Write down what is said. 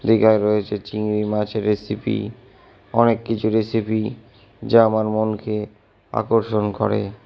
দিঘায় রয়েছে চিংড়ি মাছের রেসিপি অনেক কিছু রেসিপি যা আমার মনকে আকর্ষণ করে